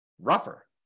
rougher